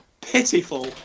pitiful